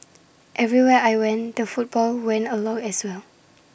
everywhere I went the football went along as well